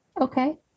Okay